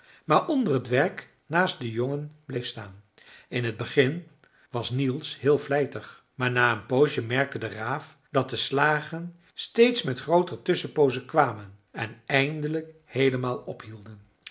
maar onder het werk naast den jongen bleef staan in t begin was niels heel vlijtig maar na een poosje merkte de raaf dat de slagen steeds met grooter tusschenpoozen kwamen en eindelijk heelemaal ophielden